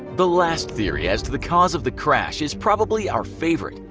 the last theory as to the cause of the crash is probably our favorite,